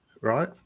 right